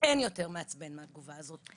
אין יותר מעצבן מהתגובה הזאת,